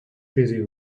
busy